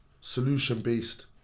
solution-based